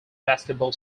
basketball